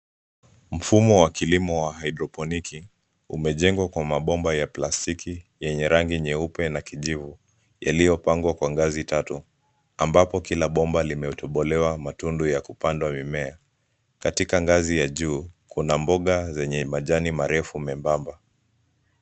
Mfumo wa kilimo wa haidroponiki umejengwa kwa mabomba ya plastiki yenye rangi nyeupe na kijivu yaliyopangwa kwa ngazi tatu, ambapo kila bomba limetobolewa matundu ya kupandwa mimea. Katika ngazi ya juu kuna mboga zenye majani marefu membamba.